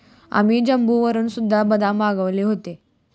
आम्ही जम्मूवरून सुद्धा बदाम मागवले होते